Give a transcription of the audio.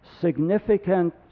significant